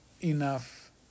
enough